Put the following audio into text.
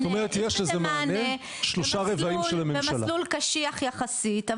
יש לזה מענה במסלול קשיח יחסית,